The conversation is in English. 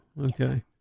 Okay